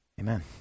Amen